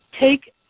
take